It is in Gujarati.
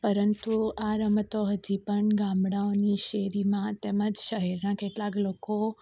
પરંતુ આ રમતો હજી પણ ગામડાંઓની શેરીમાં તેમજ શહેરના કેટલાક લોકો